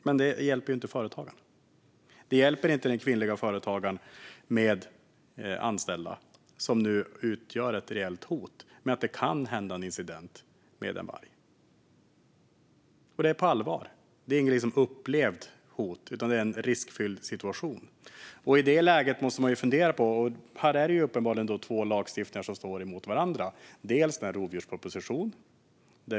Men det hjälper inte den kvinnliga företagaren med anställda då det finns ett reellt hot att en incident med en varg kan inträffa. Det är på allvar. Det är inget upplevt hot, utan det är en riskfylld situation. I detta läge måste man fundera. I detta sammanhang är det uppenbarligen två lagstiftningar som står mot varandra. Det är den lagstiftning som tillkom efter beslut om rovdjurspropositionen.